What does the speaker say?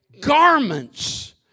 Garments